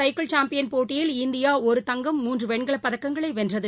cycle champion போட்டியில் India ஆசிய தங்கம் மூன்று வெண்கலப்பதக்கங்களை ஒரு வென்றது